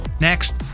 Next